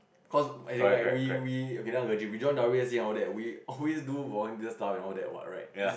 cause as in like we we okay now it's legit like we don't W S C all that we always do volunteer stuff and all that what right it's